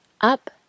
up